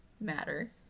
matter